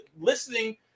listening